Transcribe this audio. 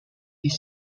this